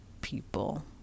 people